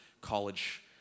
college